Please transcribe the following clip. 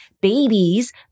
Babies